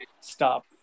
stop